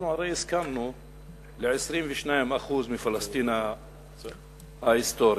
אנחנו הרי הסכמנו ל-22% מפלסטין ההיסטורית.